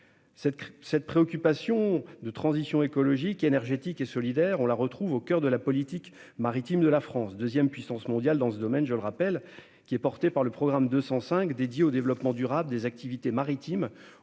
Cette préoccupation de transition écologique, énergétique et solidaire, on la retrouve au coeur de la politique maritime de la France- deuxième puissance mondiale dans ce domaine, je le rappelle -, portée par le programme 205 dédié au développement durable des activités maritimes,